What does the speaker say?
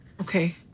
Okay